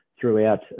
throughout